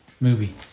movie